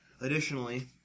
Additionally